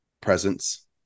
presence